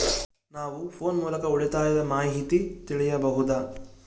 ನಾವು ಫೋನ್ ಮೂಲಕ ಉಳಿತಾಯದ ಮಾಹಿತಿ ತಿಳಿಯಬಹುದಾ?